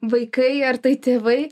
vaikai ar tai tėvai